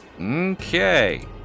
Okay